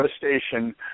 Devastation